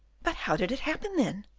but how did it happen, then?